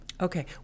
Okay